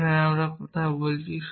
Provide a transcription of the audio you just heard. এখানে আমরা কথা বলছি